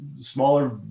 smaller